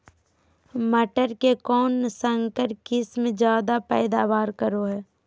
मटर के कौन संकर किस्म जायदा पैदावार करो है?